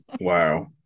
wow